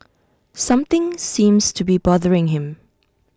something seems to be bothering him